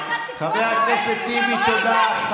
חבר הכנסת טיבי, תודה.